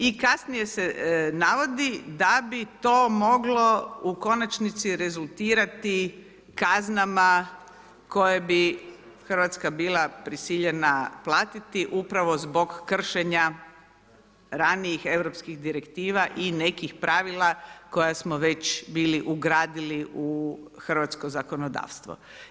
I kasnije se navodi da bi to moglo u konačnici rezultirati kaznama koje bi hrvatska bila prisiljena platiti upravo zbog kršenja ranijih europskih direktiva i nekih pravila koja smo već bili ugradili u hrvatsko zakonodavstvo.